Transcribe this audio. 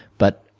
but,